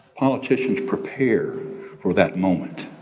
politicians prepare for that moment.